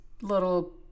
little